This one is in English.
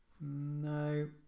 No